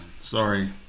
Sorry